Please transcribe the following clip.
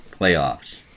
playoffs